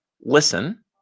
listen